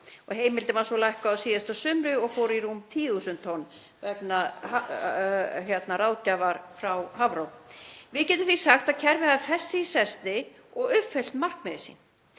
Heimildin var svo lækkuð á síðasta sumri og fór í rúm 10.000 tonn vegna ráðgjafar frá Hafró. Við getum því sagt að kerfið hafi fest sig í sessi og uppfyllt markmið sín.